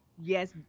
yes